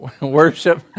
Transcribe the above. Worship